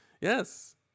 Yes